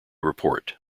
report